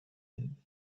inn